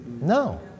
No